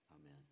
Amen